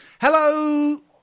Hello